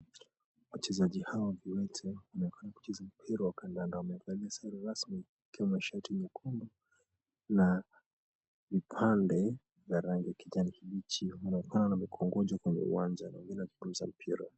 Wachezaji hao viwete wanaonekana kucheza mpira wa kandanda na wamevalia sare rasmi ikiwa mashati nyekundu na vipande vya rangi ya kijani kibichi wanaonekana wamekuwa wagonjwa kwenye uwanja na wengine wanazungumza mpira.